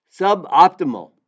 suboptimal